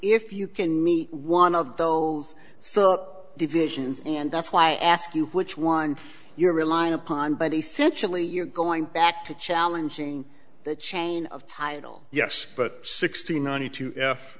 if you can meet one of those so divisions and that's why i ask you which one you're relying upon but essentially you're going back to challenging the chain of title yes but sixty ninety two f